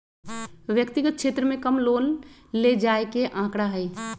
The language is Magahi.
व्यक्तिगत क्षेत्र में कम लोन ले जाये के आंकडा हई